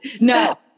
no